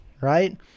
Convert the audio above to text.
right